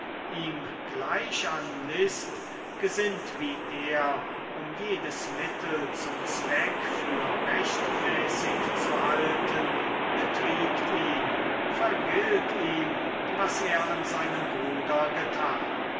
ihm gleich an list gesinnt wie er um jedes mittel zum zweck für rechtmäßig zu halten betriegt ihn vergilt ihm was er an seinem bruder getan